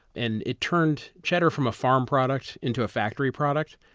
and it turned cheddar from a farm product into a factory product.